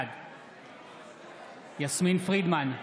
בעד יסמין פרידמן,